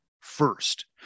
First